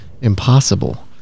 impossible